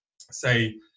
say